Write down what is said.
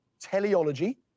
teleology